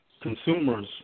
consumers